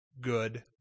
good